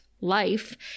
life